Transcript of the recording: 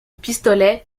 pistolets